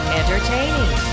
entertaining